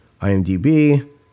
IMDb